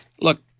Look